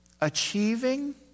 Achieving